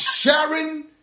sharing